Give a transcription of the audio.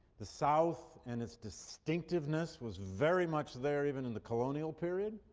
the south and its distinctiveness was very much there even in the colonial period.